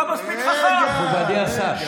איפה טיילת, בשמונה החודשים האלה?